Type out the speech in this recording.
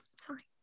Sorry